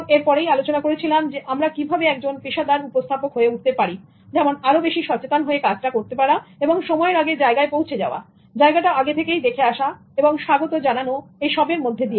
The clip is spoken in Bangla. এরপরেই আলোচনা করেছিলাম আমরা কিভাবে একজন পেশাদার উপস্থাপক হয়ে উঠতে পারিযেমন আরো বেশি সচেতন হয়ে কাজটা করা সময়ের আগে জায়গায় পৌঁছে যাওয়া জায়গাটা আগে থাকতেই দেখে আসাস্বাগত জানানো এসবের মধ্যে দিয়েই